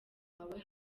wawe